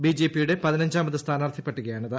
BJP യുടെ പതിനഞ്ചാമത് സ്ഥാനാർത്ഥി പട്ടികയാണിത്